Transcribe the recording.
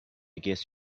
guess